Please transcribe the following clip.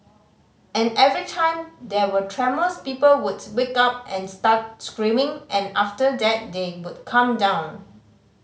and every time there were tremors people would wake up and start screaming and after that they would calm down